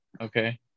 Okay